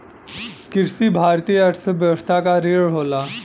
कृषि भारतीय अर्थव्यवस्था क रीढ़ होला